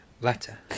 letter